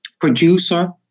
producer